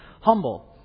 Humble